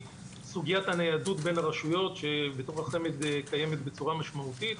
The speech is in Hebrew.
סוגיית הניידות בין הרשויות שבתוך החמ"ד קיימת בצורה משמעותית,